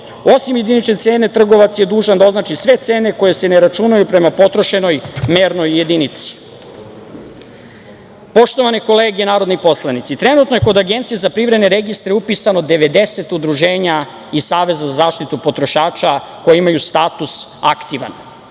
Osim jedinične cene, trgovac je dužan da označi sve cene koje se ne računaju prema potrošenoj mernoj jedinici. Poštovane kolege narodni poslanici, trenutno je kod Agencije za privredne registre upisano 90 udruženja iz Saveza za zaštitu potrošača koja imaju status "aktivan".